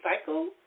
cycle